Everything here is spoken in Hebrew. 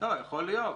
יכול להיות.